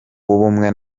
w’ubumwe